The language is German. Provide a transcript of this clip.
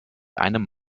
einem